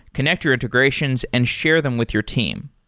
connect your integrations and share them with your team.